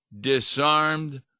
disarmed